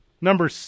number